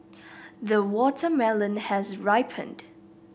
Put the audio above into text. the watermelon has ripened